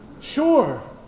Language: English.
Sure